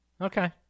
Okay